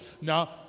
Now